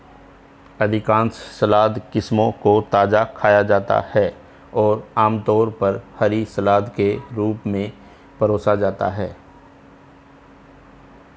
अधिकांश सलाद किस्मों को ताजा खाया जाता है और आमतौर पर हरी सलाद के रूप में परोसा जाता है